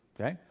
Okay